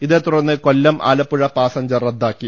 ഇതേ തുടർന്ന് കൊല്ലം ആലപ്പുഴ പാസഞ്ചർ റദ്ദാക്കി